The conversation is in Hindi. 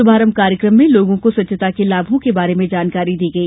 शुभारम्म कार्यक्रम में लोगों को स्वच्छता के लाभों के बारे में जानकारी दी गई